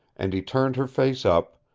and he turned her face up,